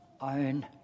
own